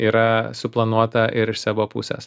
yra suplanuota ir iš sebo pusės